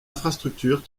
infrastructure